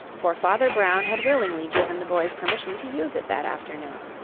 for father brown had willingly given the boys permission to use it that afternoon.